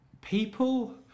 people